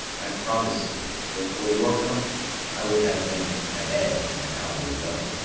i promise you, but for your company, i would have been abed an hour ago.